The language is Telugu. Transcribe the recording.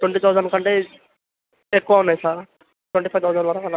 ట్వంటీ తౌజండ్ కంటే ఎక్కువ ఉన్నాయి సార్ ట్వంటీ ఫైవ్ తౌజండ్ లోపల